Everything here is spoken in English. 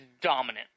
dominant